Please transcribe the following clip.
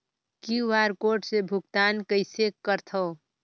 QR code से भुगतान कइसे करथव?